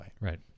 Right